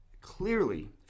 clearly –